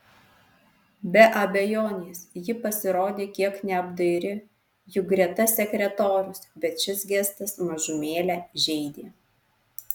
be abejonės ji pasirodė kiek neapdairi juk greta sekretorius bet šis gestas mažumėlę žeidė